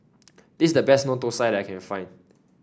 this is the best thosai that I can find